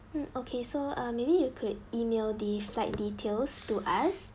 mm okay so uh maybe you could email the flight details to us